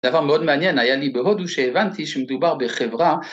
דבר מאוד מעניין, היה לי בהודו שהבנתי שמדובר בחברה